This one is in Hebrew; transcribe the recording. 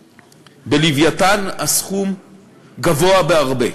ב"לווייתן" הסכום גבוה בהרבה.